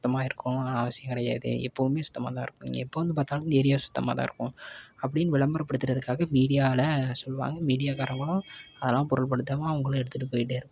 சுத்தமாக இருக்கும் அவசியம் கிடையாது எப்பவுமே சுத்தமாகதான் இருக்கும் நீங்கள் எப்போ வந்து பார்த்தாலும் இந்த ஏரியா சுத்தமாகதான் இருக்கும் அப்படினு விளம்பரப்படுத்துகிறதுக்காக மீடியாவில சொல்வாங்க மீடியாக்காரவங்களும் அதெலாம் பொருட்படுத்தாமல் அவங்களும் எடுத்துகிட்டு போய்ட்டே இருப்பாங்க